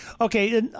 Okay